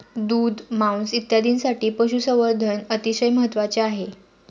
दूध, मांस इत्यादींसाठी पशुसंवर्धन अतिशय महत्त्वाचे असते